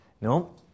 No